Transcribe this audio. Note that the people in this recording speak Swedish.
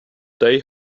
dig